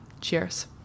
Cheers